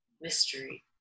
Mystery